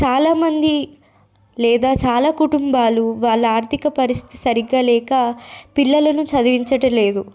చాలామంది లేదా చాలా కుటుంబాలు వాళ్ళ ఆర్థిక పరిస్థితి సరిగ్గా లేక పిల్లలను చదివించడం లేదు